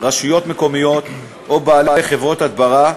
רשויות מקומיות או בעלי חברות הדברה.